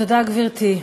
תודה, גברתי.